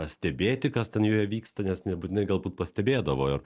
stebėti kas ten joje vyksta nes nebūtinai galbūt pastebėdavo ir